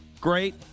Great